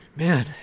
Man